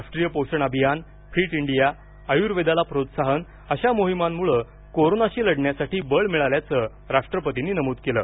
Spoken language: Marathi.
राष्ट्रीय पोषण अभियान फिट इंडिया आयुर्वेदाला प्रोत्साहन अशा मोहिमांमुळं कोरोनाशी लढण्यासाठी बळ मिळाल्याचं राष्ट्रपतींनी नमूद केलं